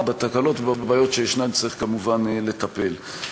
ובתקלות ובבעיות שיש צריך כמובן לטפל.